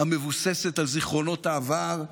המבוססת על זיכרונות העבר,